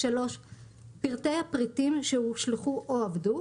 פרטי הפריטים שהושלכו או אבדו,